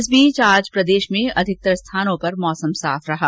इस बीच आज प्रदेश में अधिकतर स्थानों पर मौसम साफ रहा